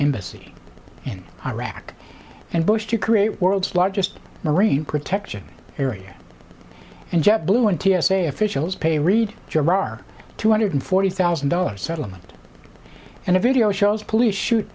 embassy in iraq and bush to create world's largest marine protection area and jet blue and t s a officials pay reid gerar two hundred forty thousand dollars settlement and if you go shows police shoot